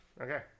Okay